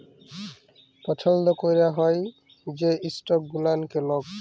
পছল্দ ক্যরা হ্যয় যে ইস্টক গুলানকে লক